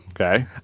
Okay